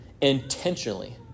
intentionally